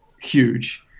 huge